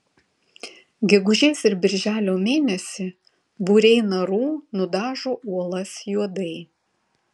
gegužės ir birželio mėnesį būriai narų nudažo uolas juodai